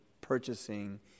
purchasing